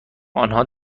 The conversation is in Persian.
آنها